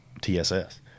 tss